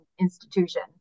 institution